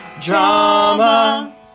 Drama